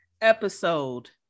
episode